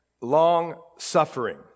long-suffering